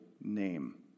name